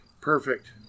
Perfect